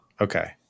Okay